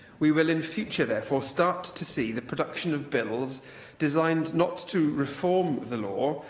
we will in future, therefore, start to see the production of bills designed not to reform the law,